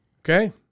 Okay